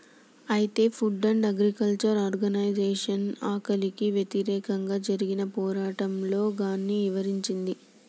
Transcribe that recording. అయితే food and agriculture organisation ఆకలికి వ్యతిరేకంగా జరిగిన పోరాటంలో గాన్ని ఇవరించింది